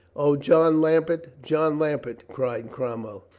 o, john lambert, john lambert, cried crom well,